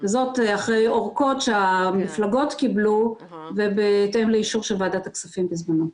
וזאת אחרי אורכות שהמפלגות קיבלו ובהתאם לאישור של ועדת הכספים בזמנו.